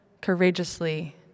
courageously